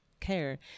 care